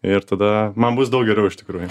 ir tada man bus daug geriau iš tikrųjų